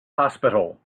hospital